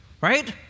right